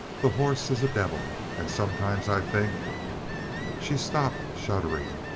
the horse is a devil! and sometimes i think she stopped, shuddering.